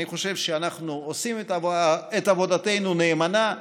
אני חושב שאנחנו עושים את עבודתנו נאמנה.